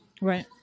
Right